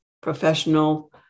Professional